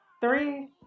Three